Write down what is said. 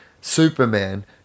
Superman